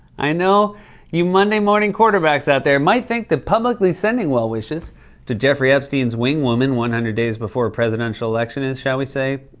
i know you monday-morning quarterbacks out there might think that publicly sending well wishes to jeffrey epstein's wing-woman one hundred days before a presidential election is, shall we say,